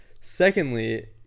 Secondly